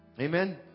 Amen